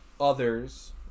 others